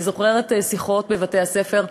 אני זוכרת שיחות בבתי-הספר,